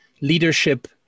leadership